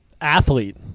athlete